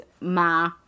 ma